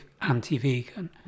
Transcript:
anti-vegan